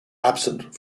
absent